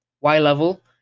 Y-level